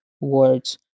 words